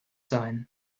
sein